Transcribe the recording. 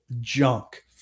junk